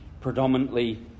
predominantly